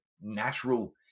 natural